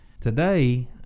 Today